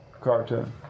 cartoon